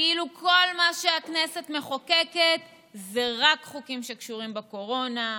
כאילו שכל מה שהכנסת מחוקקת זה רק חוקים שקשורים בקורונה,